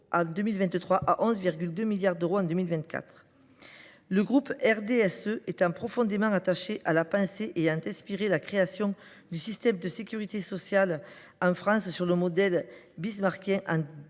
en 2023 à 11,2 milliards d’euros en 2024. Les élus du RDSE sont profondément attachés à la pensée ayant inspiré la création du système de sécurité sociale en France, sur le modèle bismarckien, en 1945.